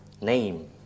Name